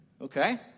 okay